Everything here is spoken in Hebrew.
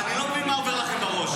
אני לא מבין מה עובר לכם בראש.